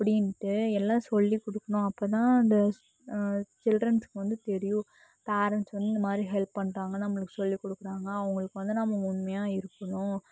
அப்படின்ட்டு எல்லாம் சொல்லி கொடுக்கணும் அப்போதுதான் அந்த சில்ட்ரன்ஸுக்கு வந்து தெரியும் பேரண்ட்ஸ் வந்து இந்த மாதிரி ஹெல்ப் பண்ணுறாங்க நம்மளுக்கு சொல்லி கொடுக்குறாங்க அவங்களுக்கு வந்து நம்ம உண்மையாக இருக்கணும்